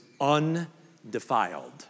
undefiled